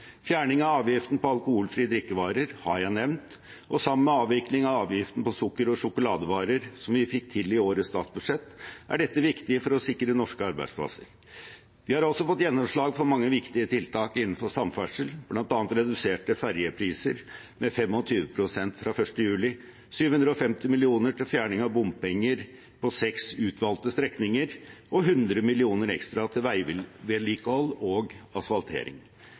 Fjerning av avgiften på alkoholfrie drikkevarer har jeg nevnt, og sammen med avvikling av avgiften på sukker- og sjokoladevarer, som vi fikk til i årets statsbudsjett, er dette viktig for å sikre norske arbeidsplasser. Vi har også fått gjennomslag for mange viktige tiltak innenfor samferdsel, bl.a. reduserte fergepriser med 25 pst. fra 1. juli, 750 mill. kr til fjerning av bompenger på seks utvalgte strekninger og 100 mill. kr ekstra til veivedlikehold og asfaltering.